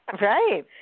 Right